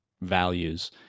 values